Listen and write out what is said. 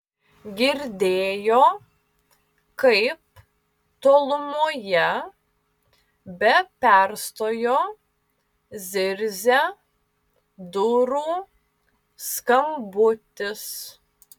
girdėjo kaip tolumoje be perstojo zirzia durų skambutis